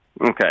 Okay